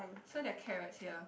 so there are carrots here